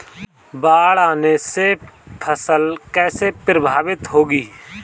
बाढ़ आने से फसल कैसे प्रभावित होगी?